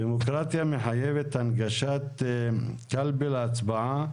דמוקרטיה מחייבת הנגשת קלפי להצבעה